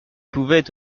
pouvait